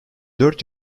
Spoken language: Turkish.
dört